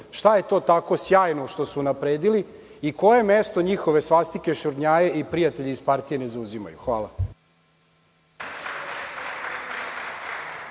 šta je to tako sjajno što su unapredili i koje mesto njihove svastike, šurnjaje i prijatelja iz partije ne zauzimaju? Hvala.